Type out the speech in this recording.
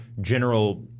general